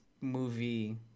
movie